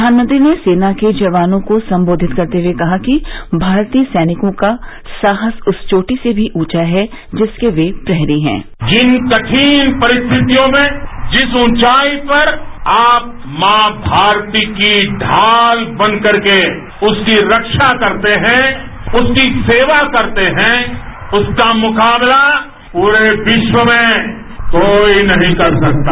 प्रधानमंत्री ने सेना के जवानों को संबोधित करते हुए कहा कि भारतीय सैनिकों का साहस उस चोटी से भी ऊंचा है जिसके वे प्रहरी हैं जिन कठिन परिस्थितियों में जिस ऊंचाई पर आप मां भारती की ढाल बन करके उसकी रखा करते हैं उसकी सेवा करते हैं उसका मुकाबला पूरे विश्व में कोई नहीं कर सकता